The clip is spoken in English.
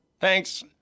Thanks